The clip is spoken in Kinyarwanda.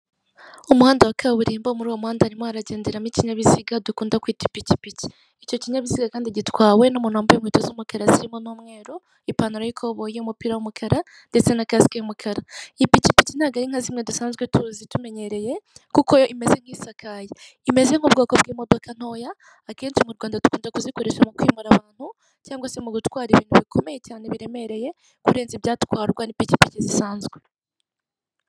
Umuhanda wa kaburimbo muri uwo muhanda harimo haragenderamo ikinyabiziga dukunda kwita ipikipiki, icyo kinyabiziga kandi gitwawe n'umuntu wambaye inkweto z'umukara zirimo n'umweru, ipantaro y'ikoboyi, umupira w'umukara ndetse na kasike y'umukara. Iyi pikipiki ntago ari nkazimwe dusanzwe tuzi tumenyereye kuko yo imeze nkisakaye, imeze nk'ubwoko bw'imodoka ntoya akenshi mu Rwanda dukunda kuzikoresha mu kwimura abantu cyangwa se gutwara ibintu bikomeye cyane biremereye kurenza ibyatwarwa n'ipikipiki zisanzwe.